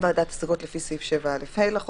ועדת השגות לפי סעיף 7א(ה) לחוק,